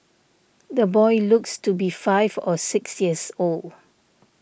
the boy looks to be five or six years old